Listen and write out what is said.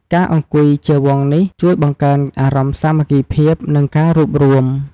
ការអង្គុយជាវង់នេះជួយបង្កើនអារម្មណ៍សាមគ្គីភាព និងការរួបរួម។